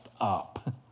up